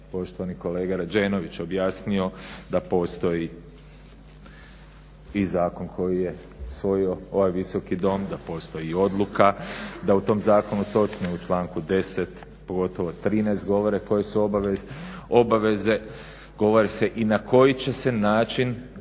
poštovani kolega Rađenović objasnio da postoji i zakon koji je usvojio ovaj visoki dom, da postoji i odluka, da u tom zakonu točno je u članku 10. pogotovo 13. govore koje su obaveze. Govori se i na koji će se način putem